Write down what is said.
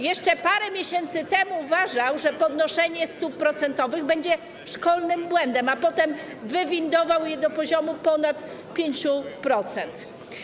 Jeszcze parę miesięcy temu uważał, że podnoszenie stóp procentowych będzie szkolnym błędem, a potem wywindował je do poziomu ponad 5%.